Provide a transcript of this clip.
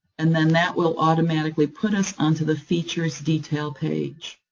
and then that will automatically put us onto the features detail page.